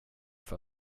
för